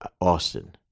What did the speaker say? Austin